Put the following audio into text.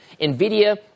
NVIDIA